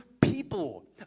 people